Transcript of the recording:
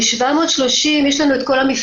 יש לנו את כל המפגעים.